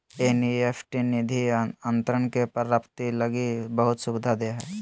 NEFT निधि अंतरण के प्राप्ति लगी बहुत सुविधा दे हइ